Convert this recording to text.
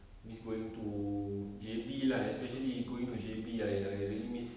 miss going to J_B lah especially going to J_B I I really miss